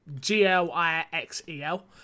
G-L-I-X-E-L